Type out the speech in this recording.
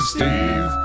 Steve